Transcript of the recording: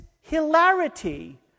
hilarity